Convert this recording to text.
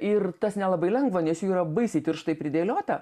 ir tas nelabai lengva nes jų yra baisiai tirštai pridėliota